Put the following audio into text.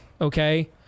Okay